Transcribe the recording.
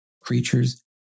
creatures